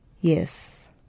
Yes